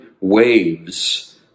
waves